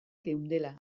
geundela